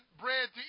bread